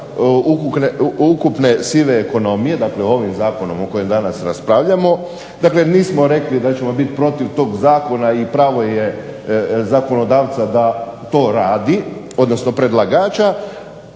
ukupne sive ekonomije, dakle ovim zakonom o kojem danas raspravljamo. Dakle nismo rekli da ćemo biti protiv tog zakona i pravo je zakonodavca da to radi odnosno predlagača,